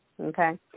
Okay